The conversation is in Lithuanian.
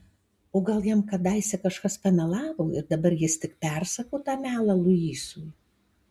o gal jam kadaise kažkas pamelavo ir dabar jis tik persako tą melą luisui